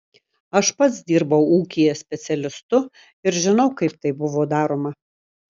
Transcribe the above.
aš pats dirbau ūkyje specialistu ir žinau kaip tai buvo daroma